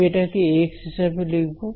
আমি এটাকে Ax হিসাবে লিখব